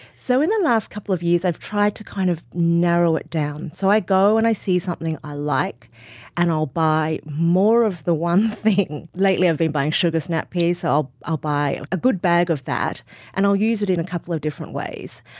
so in the last couple of years i've tried to kind of narrow it down. so i go and i see something i like and i'll buy more of the one thing. lately i've been buying sugar snap peas i'll i'll buy a good bag of that and use it in a couple of different ways.